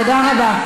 תודה רבה.